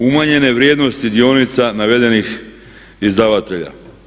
Umanjene vrijednosti dionica navedenih izdavatelja.